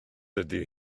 ydy